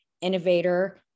innovator